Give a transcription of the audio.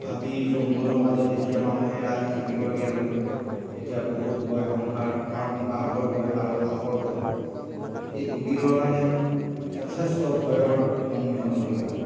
হাবিৰ জংঘলৰ মাজত যেতিয়া মানুহে ৰাতি থাকিবলগীয়া হ'ল তেতিয়া বহুত ভয় শংকাৰ কাৰণ বাঘৰ ভয় আৰু সাপৰ ভয় এই দুবিধৰ কাৰণে যথেষ্ট ভয়ৰ সন্মুখীন হ'বলগীয়া হয়